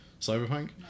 Cyberpunk